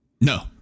No